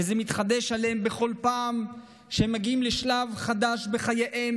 וזה מתחדש עליהם בכל פעם שהם מגיעים לשלב חדש בחייהם,